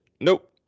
Nope